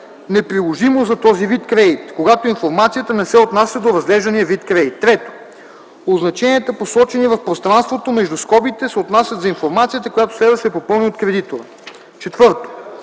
“неприложимо за този вид кредит”, когато информацията не се отнася до разглеждания вид кредит. 3. Означенията, посочени в пространството между скобите, се отнасят за информацията, която следва да се попълни от кредитора. 4.